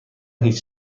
هیچ